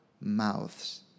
mouths